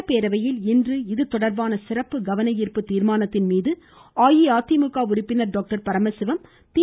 சட்டப் பேரவையில் இன்று இது தொடர்பான சிறப்பு கவன ஈர்ப்பு தீர்மானத்தின் மீது அஇஅதிமுக உறுப்பினர் டாக்டர் பரமசிவம் தி